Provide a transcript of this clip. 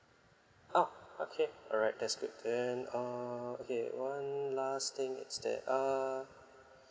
oh okay all right that's good then uh okay one last thing is that uh